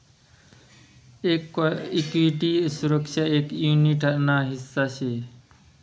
एक इक्विटी सुरक्षा एक युनीट ना हिस्सा शे